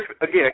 again